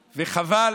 וחבל,